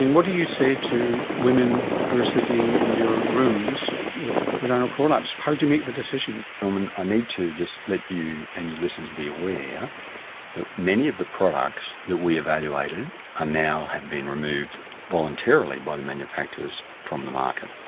what do you say to women who are sitting in your rooms with vaginal prolapse? how do you make the decision? norman, i need to just let you and your listeners be aware that many of the products that we evaluated ah now have been removed voluntarily by the manufacturers from the market.